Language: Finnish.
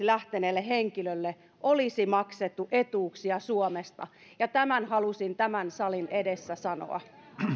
lähteneille henkilöille olisi maksettu etuuksia suomesta tämän halusin tämän salin edessä sanoa